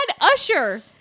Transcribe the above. Usher